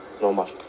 normal